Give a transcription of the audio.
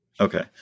Okay